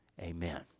Amen